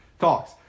talks